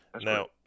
Now